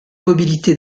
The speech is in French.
mobilité